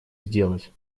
сделать